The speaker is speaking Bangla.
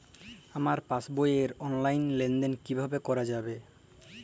আমার পাসবই র অনলাইন লেনদেন কিভাবে করা যাবে?